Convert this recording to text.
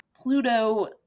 pluto